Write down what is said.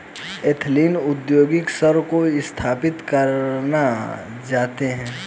ethnic उद्योगी स्वयं को स्थापित करना जानते हैं